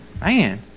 man